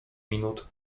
minut